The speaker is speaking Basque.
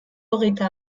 hogeita